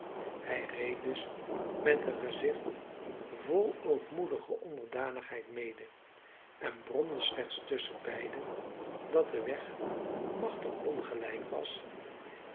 hij reed dus met een gezicht vol ootmoedige onderdanigheid mede en bromde slechts tusschenbeiden dat de weg machtig ongelijk was